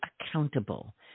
accountable